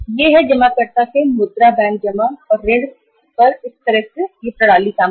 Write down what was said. यह जमाकर्ता का पैसा है जिसकी जमा पर और ऋण प्रणाली कर बैंक काम करता है